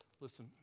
Listen